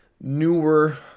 newer